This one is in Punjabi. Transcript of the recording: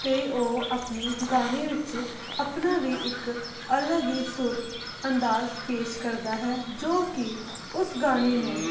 ਅਤੇ ਉਹ ਆਪਣੇ ਗਾਣੇ ਵਿੱਚ ਆਪਣਾ ਵੀ ਇੱਕ ਅਲੱਗ ਹੀ ਸੁਰ ਅੰਦਾਜ਼ ਪੇਸ਼ ਕਰਦਾ ਹੈ ਜੋ ਕਿ ਉਸ ਗਾਣੇ ਨੂੰ